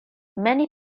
many